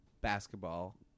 basketball